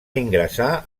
ingressar